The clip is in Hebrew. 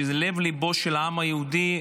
שהיא לב-ליבו של העם היהודי,